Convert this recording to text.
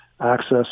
access